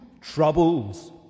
troubles